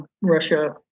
Russia